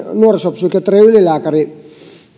nuorisopsykiatrian ylilääkäri